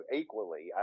equally